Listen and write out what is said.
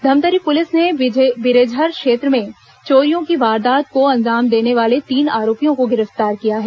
Dhamtari police ने बिरेझर क्षेत्र में चोरियों की वारदात को अंजाम देने वाले तीन आरोपियों को गिरफ्तार किया है